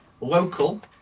local